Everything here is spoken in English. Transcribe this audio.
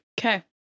Okay